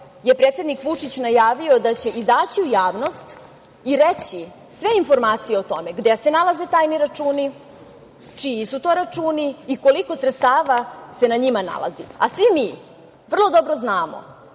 je predsednik Vučić najavio da će izaći u javnost i reći sve informacije o tome gde se nalaze tajni računi, čiji su to računi i koliko sredstava se na njima nalaze. Svi mi vrlo dobro znamo